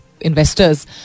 investors